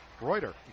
Reuter